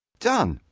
done.